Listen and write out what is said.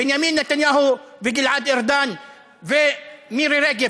בנימין נתניהו וגלעד ארדן ומירי רגב.